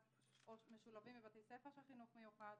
או משולבים בבתי ספר של חינוך מיוחד.